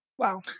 Wow